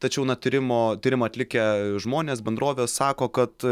tačiau na tyrimo tyrimą atlikę žmonės bendrovė sako kad